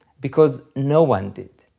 because no one did.